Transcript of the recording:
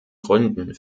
gründen